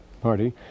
party